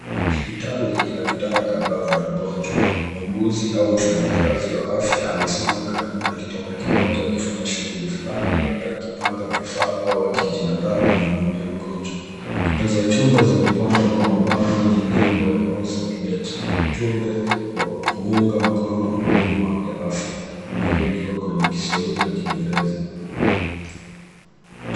Hili hospitali ina vitanda kadhaa vya wagonjwa. Muuguzi au mfanyikazi wa afya amesimama karibu na kitanda kimoja akifanya shughuli fulani, labda akipanga vifaa au akijiandaa kumhudumia mgonjwa. Kuta za chumba zimepambwa kwa mabango yenye nembo ya Mozzart Bet na ujumbe wa kuunga mkono huduma ya afya, ulioandikwa kwenye Kiswahili na Kiingereza.